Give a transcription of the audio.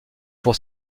pour